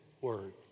word